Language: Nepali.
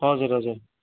हजुर हजुर